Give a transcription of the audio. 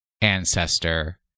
ancestor